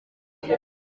gusa